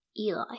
Eli